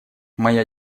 моя